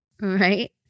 right